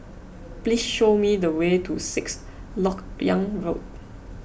please show me the way to Sixth Lok Yang Road